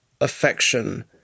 affection